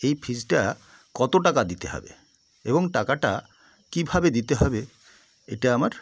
এই ফিজটা কত টাকা দিতে হবে এবং টাকাটা কীভাবে দিতে হবে এটা আমার